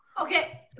Okay